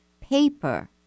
paper